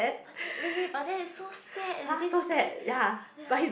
but that wait wait but that is so sad eh this guy ya